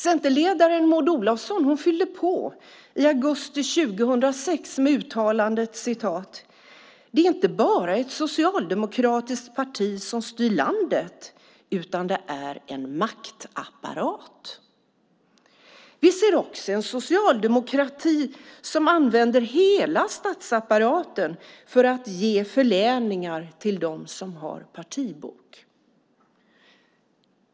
Centerledaren Maud Olofsson fyllde på i augusti 2006 med uttalandet: "Det är inte bara ett socialdemokratiskt parti som styr landet utan det är en maktapparat. Vi ser också en socialdemokrati som använde hela statsapparaten för att ge förläningar till dem som har partibok.